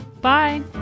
Bye